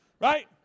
right